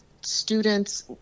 students